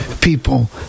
people